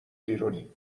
بیرونیم